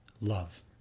love